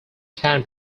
can